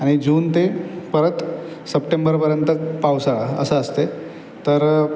आणि जून ते परत सप्टेंबरपर्यंत पावसाळा असं असतंय तर